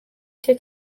cye